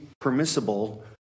permissible